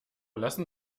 lassen